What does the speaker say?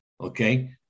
Okay